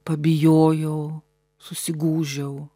pabijojau susigūžiau